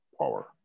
power